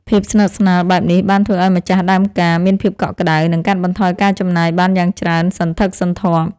ភាពស្និទ្ធស្នាលបែបនេះបានធ្វើឱ្យម្ចាស់ដើមការមានភាពកក់ក្តៅ និងកាត់បន្ថយការចំណាយបានយ៉ាងច្រើនសន្ធឹកសន្ធាប់។